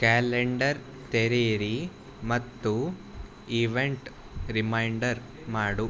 calendar ತೆರೆಯಿರಿ ಮತ್ತು event reminder ಮಾಡು